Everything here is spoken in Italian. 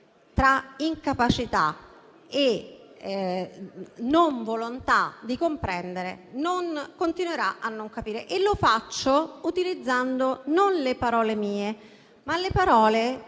tra incapacità e non volontà di comprendere, continuerà a non capire. Lo faccio utilizzando non le mie parole, ma le parole